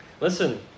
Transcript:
Listen